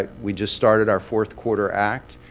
like we just started our fourth quarter act.